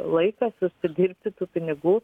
laikas užsidirbti tų pinigų